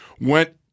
went